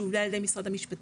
שהובל על ידי משרד המשפטים,